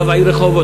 רב העיר רחובות,